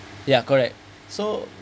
ya correct so